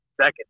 second